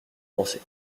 coincé